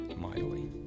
mightily